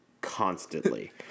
constantly